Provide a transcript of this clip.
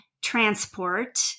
transport